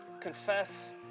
confess